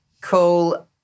cool